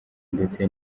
ndetse